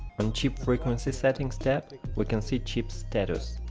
on chip frequency settings tab we can see chips status